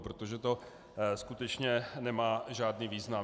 Protože to skutečně nemá žádný význam.